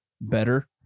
better